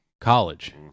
College